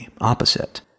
opposite